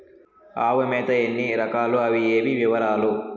ఆవుల మేత ఎన్ని రకాలు? అవి ఏవి? వివరాలు?